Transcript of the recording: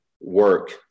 work